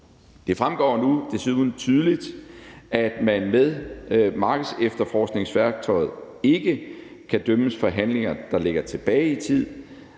Det fremgår nu desuden tydeligt, at man med markedsefterforskningsværktøjet ikke kan dømmes for handlinger, der ligger tilbage i tid.